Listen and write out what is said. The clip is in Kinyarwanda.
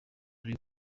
ari